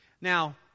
Now